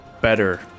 better